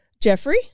jeffrey